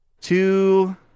two